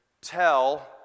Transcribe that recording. tell